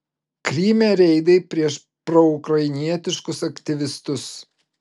kryme reidai prieš proukrainietiškus aktyvistus